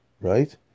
right